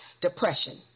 depression